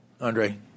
Andre